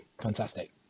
fantastic